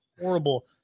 horrible